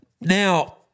now